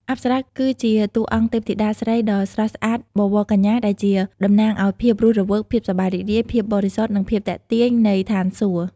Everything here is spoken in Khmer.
អប្សរា គឺជាតួអង្គទេពធីតាស្រីដ៏ស្រស់ស្អាតបវរកញ្ញា ដែលជាតំណាងឲ្យភាពរស់រវើក ភាពសប្បាយរីករាយ ភាពបរិសុទ្ធ និងភាពទាក់ទាញនៃស្ថានសួគ៌។